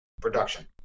production